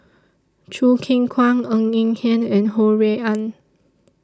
Choo Keng Kwang Ng Eng Hen and Ho Rui An